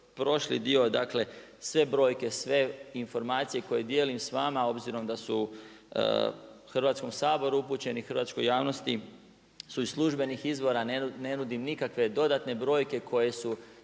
prošli dio, dakle sve brojke, sve informacije koje dijelim s vama obzirom da su u Hrvatskom saboru upućeni i hrvatskoj javnost su iz službenih izvora, ne nudim nikakve dodatne brojke koje su